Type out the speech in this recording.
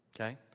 Okay